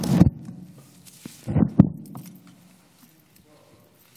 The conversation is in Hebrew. אדוני היושב-ראש,